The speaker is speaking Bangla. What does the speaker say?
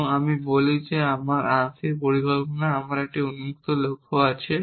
এবং আমি বলি যদি আমার আংশিক পরিকল্পনায় আমার একটি উন্মুক্ত লক্ষ্য থাকে